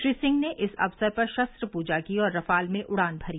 श्री सिंह ने इस अवसर पर शस्त्र पूजा की और रफाल में उड़ान भरी